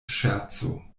ŝerco